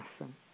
awesome